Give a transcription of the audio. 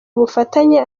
bufatanye